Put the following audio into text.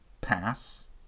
pass